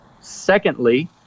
secondly